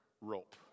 rope